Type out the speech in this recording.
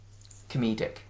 comedic